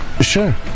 Sure